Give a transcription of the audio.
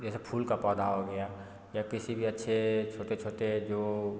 जैसे फूल का पौधा हो गया या किसी भी अच्छे छोटे छोटे जो